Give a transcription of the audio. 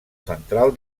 central